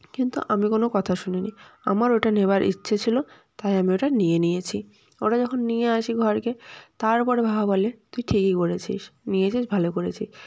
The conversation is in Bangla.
কিন্তু আমি কোনও কথা শুনিনি আমার ওটা নেওয়ার ইচ্ছে ছিল তাই আমি ওটা নিয়ে নিয়েছি ওটা যখন নিয়ে আসি ঘরকে তারপরে বাবা বলে তুই ঠিকই করেছিস নিয়েছিস ভালো করেছিস